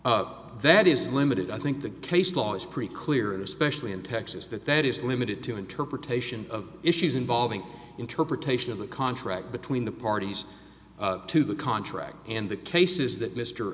that is limited i think the case law is pretty clear especially in texas that that is limited to interpretation of issues involving interpretation of the contract between the parties to the contract and the cases that mr